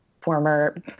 former